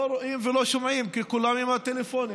לא רואים ולא שומעים, כי כולם עם הטלפונים.